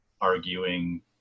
arguing